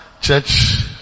church